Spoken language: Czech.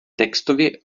textově